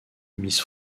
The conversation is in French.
miss